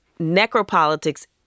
necropolitics